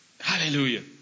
Hallelujah